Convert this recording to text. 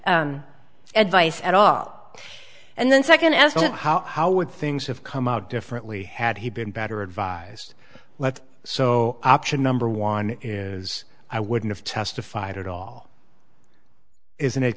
advice at all and then second as well how how would things have come out differently had he been better advised let's so option number one is i wouldn't have testified at all isn't it